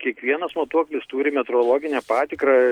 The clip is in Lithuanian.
kiekvienas matuoklis turi metrologinę patikrą